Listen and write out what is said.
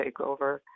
takeover